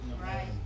Right